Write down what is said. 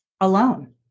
alone